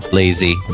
lazy